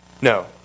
No